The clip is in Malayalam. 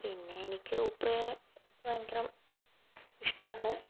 പിന്നെ എനിക്ക് ഉപ്പയെ ഭയങ്കരം ഇഷ്ടമാണ്